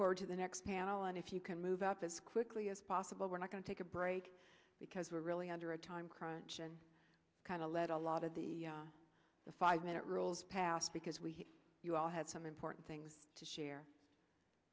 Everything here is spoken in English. forward to the next panel and if you can move out this quickly as possible we're not going take a break because we're really under a time crunch and kind of let a lot of the five minute rules pass because we you all have some important things to share